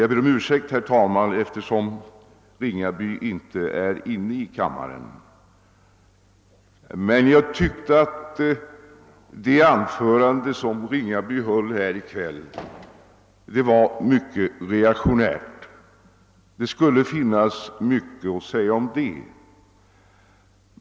Jag ber om ursäkt, herr talman, eftersom herr Ringaby inte är närvarande i kammaren, men jag tyckte att det anförande som han höll här i kväll var mycket reaktionärt, och det skulle finnas mycket att säga om det.